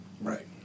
Right